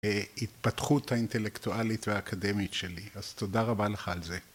התפתחות האינטלקטואלית והאקדמית שלי. אז תודה רבה לך על זה.